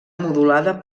modulada